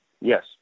yes